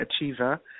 achiever